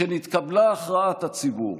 משנתקבלה הכרעת הציבור,